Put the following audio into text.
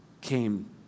came